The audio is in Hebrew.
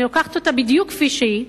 אני לוקחת אותה בדיוק כפי שהיא,